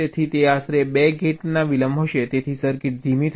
તેથી તે આશરે 2 ગેટ વિલંબ હશે તેથી સર્કિટ ધીમી થઈ જશે